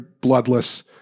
bloodless